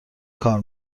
کار